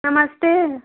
नमस्ते